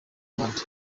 n’abandi